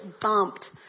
bumped